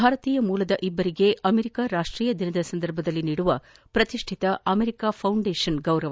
ಭಾರತೀಯ ಮೂಲದ ಇಭ್ಯರಿಗೆ ಅಮೆರಿಕ ರಾಷ್ಷೀಯ ದಿನದ ಸಂದರ್ಭದಲ್ಲಿ ನೀಡುವ ಪ್ರತಿಷ್ಲಿತ ಅಮೆರಿಕ ಫೌಂಡೇಷನ್ ಗೌರವ